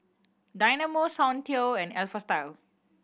Dynamo Soundteoh and Alpha Style